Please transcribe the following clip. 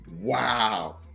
wow